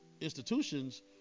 institutions